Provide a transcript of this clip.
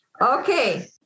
Okay